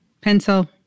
pencil